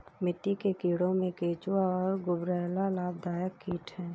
मिट्टी के कीड़ों में केंचुआ और गुबरैला लाभदायक कीट हैं